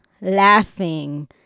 laughing